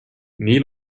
nii